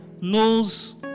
knows